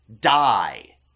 Die